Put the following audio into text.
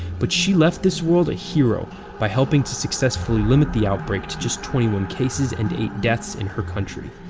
but she left this world a hero by helping to successfully limit the outbreak to just twenty one cases and eight deaths in her country.